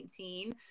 2019